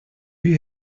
you